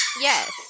Yes